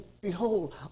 behold